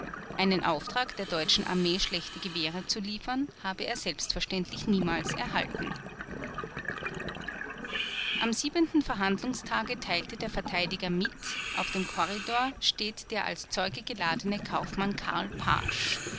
einen auftrag der deutschen armee schlechte gewehre zu liefern habe er selbstverständlich niemals erhalten am siebenten verhandlungstage teilte der verteidiger mit auf dem korridor steht der als zeuge geladene kaufmann karl paasch